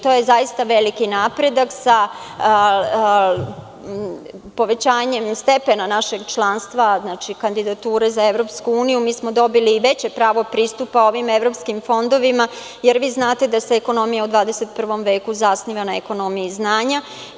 To je zaista veliki napredak, sa povećanjem stepena našeg članstva, kandidature za EU dobili smo i veće pravo pristupa ovim evropskim fondovima, jer znate da se ekonomija u 21. veku zasniva na ekonomiji znanja.